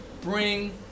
bring